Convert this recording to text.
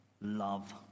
love